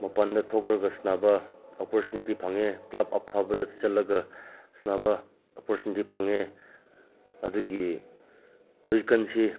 ꯃꯄꯥꯟꯗ ꯊꯣꯛꯂꯒ ꯁꯥꯟꯅꯕ ꯑꯣꯄꯣꯔꯆꯨꯅꯤꯇꯤ ꯐꯪꯉꯦ ꯀꯂꯕ ꯑꯐꯕꯗ ꯆꯠꯂꯒ ꯁꯥꯟꯅꯕ ꯑꯣꯄꯣꯔꯆꯨꯅꯤꯇꯤ ꯐꯪꯉꯦ ꯑꯗꯨꯒꯤ ꯍꯧꯖꯤꯛ ꯀꯥꯟꯁꯦ